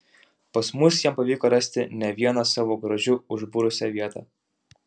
pas mus jam pavyko rasti ne vieną savo grožiu užbūrusią vietą